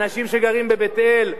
האנשים שגרים בבית-אל,